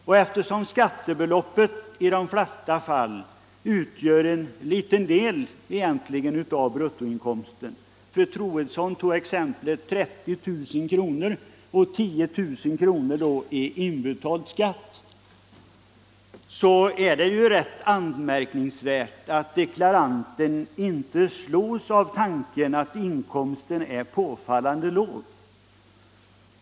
Och eftersom skattebeloppet i de flesta fall egentligen bara utgör en liten del av bruttoinkomsten — fru Troedsson tog exemplet 30 000 kr., varav då 10 000 kr. skulle utgöra inbetald skatt — är det rätt anmärkningsvärt att deklaranten inte slogs av tanken, att inkomsten var påfallande låg.